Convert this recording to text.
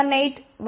618 1